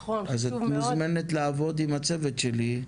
אז את מוזמנת לעבוד עם הצוות שלי,